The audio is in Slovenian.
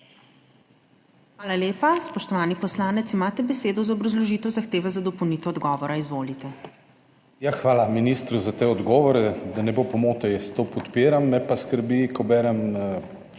Hvala lepa. Spoštovani poslanec, imate besedo za obrazložitev zahteve za dopolnitev odgovora. Izvolite. **DANIJEL KRIVEC (PS SDS):** Hvala ministru za te odgovore. Da ne bo pomote, jaz to podpiram, me pa skrbi, ko berem